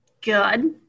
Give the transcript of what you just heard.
Good